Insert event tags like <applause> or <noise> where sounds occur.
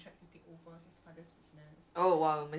oh typical <laughs>